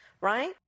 right